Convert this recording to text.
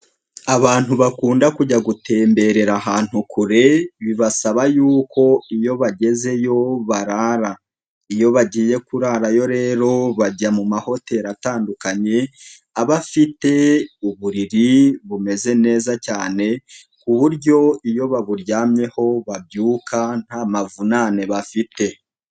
Abantu bakunda kujya gutemberera ahantu kure bibasaba yuko iyo bagezeyo barara, iyo bagiye kurarayo rero bajya mu mahoteli atandukanye aba afite uburiri bumeze neza cyane ku buryo iyo baburyamyeho babyuka nta mavunane bafite.